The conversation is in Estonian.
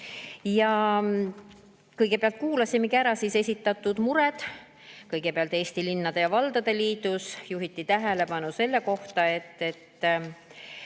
Kõigepealt kuulasimegi ära esitatud mured. Kõigepealt, Eesti Linnade ja Valdade Liidus juhiti tähelepanu selle kohta, et